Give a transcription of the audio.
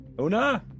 Una